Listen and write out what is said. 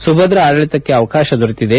ಸುಭದ್ರ ಆಡಳಿತಕ್ಕೆ ಅವಕಾಶ ದೊರಕಿದೆ